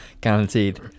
Guaranteed